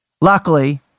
Luckily